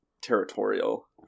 territorial